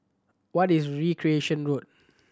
what is Recreation Road